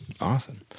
awesome